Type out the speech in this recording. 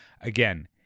Again